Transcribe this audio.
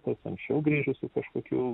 kas anksčiau grįžo su kažkokiu